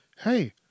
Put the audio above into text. hey